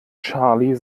charlie